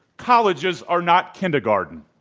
colleges are not kindergarten.